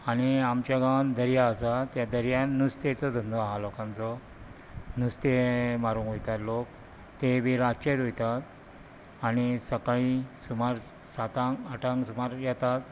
आनी आमच्या गांवान दर्या आसा त्या दर्यान नुस्त्याचो धंदो आहा लोकांचो नुस्तें मारूंक वयतात लोक ते बीन रातचेच वयतात आनी सकाळी सुमार सातांक आठांक सुमार येतात